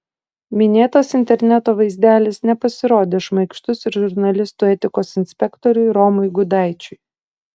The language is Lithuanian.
minėtas interneto vaizdelis nepasirodė šmaikštus ir žurnalistų etikos inspektoriui romui gudaičiui